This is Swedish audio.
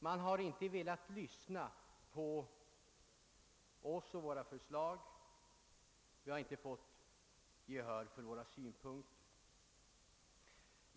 Man har inte velat lyssna på våra förslag och vi har inte fått gehör för våra synpunkter.